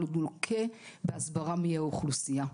אבל הוא לוקה בהסברה מיהי האוכלוסייה.